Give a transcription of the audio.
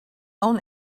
own